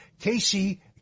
Casey